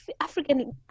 African